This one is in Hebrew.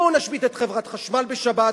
בואו נשבית את חברת חשמל בשבת,